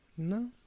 No